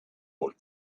old